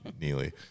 Neely